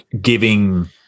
giving